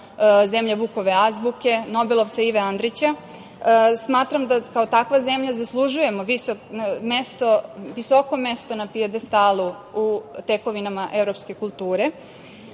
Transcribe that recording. zemlja Vukove azbuke, nobelovca Ive Andrića, smatram da kao takva zemlja zaslužujemo visoko mesto na pijedestalu u tekovinama evropske kulture. Volela